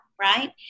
Right